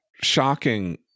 shocking